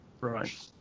Right